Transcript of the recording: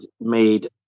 made